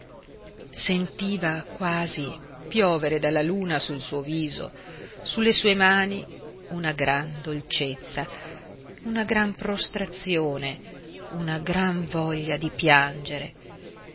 sentiva quasi piovere dalla luna sul suo viso sulle sue mani una gran dolcezza una gran prostrazione una gran voglia di piangere